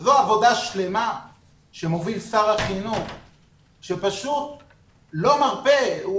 וזו עבודה שלמה שמוביל שר החינוך שפשוט לא מרפה.